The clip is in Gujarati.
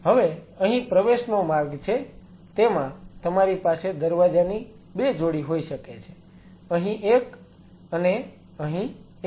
હવે અહીં પ્રવેશનો માર્ગ છે તેમાં તમારી પાસે દરવાજાની 2 જોડી હોઈ શકે છે અહીં એક અને અહીં એક